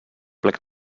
plec